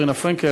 רינה פרנקל,